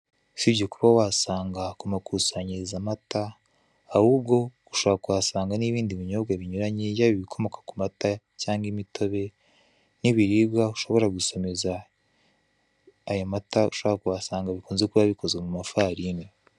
Usibye kuba wasanga ku makusanyirizo amata ahubwo ushobora kuhasanga n'ibindi binyobwa binyuranye, yaba ibikomoka ku mata cyangwa imitobe n'ibiribwa ushobora gusomeza aya mata ushobora kuhasanga bikunze kuba bikozwe mu mafarine.